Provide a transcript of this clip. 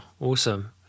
awesome